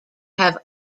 have